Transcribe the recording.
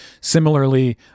Similarly